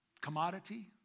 commodity